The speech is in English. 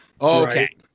Okay